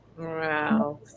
Wow